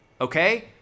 Okay